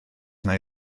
neu